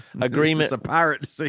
agreement